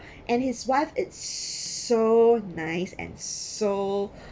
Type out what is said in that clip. and his wife is so nice and so